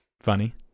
funny